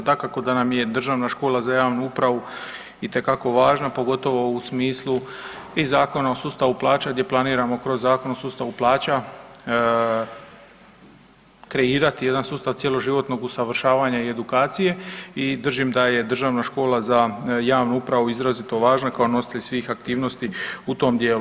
Dakako da nam je Državna škola za javnu upravu itekako važna pogotovo u smislu i Zakona o sustavu plaća gdje planiramo kroz Zakon o sustavu plaća kreirati jedan sustav cjeloživotnog usavršavanja i edukacije i držim da je Državna škola za javnu upravu izrazito važna kao nositelj svih aktivnosti u tom tijelu.